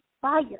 fire